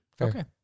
Okay